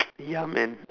ya man